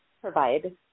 provide